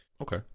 okay